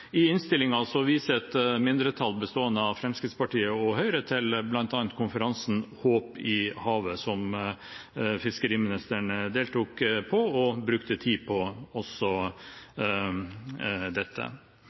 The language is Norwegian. I innstillingen viser et mindretall bestående av Fremskrittspartiet og Høyre til bl.a. konferansen «Håp i havet», der fiskeriministeren deltok og brukte tid på også dette.